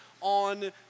on